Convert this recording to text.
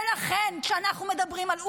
ולכן, כשאנחנו מדברים על אונר"א,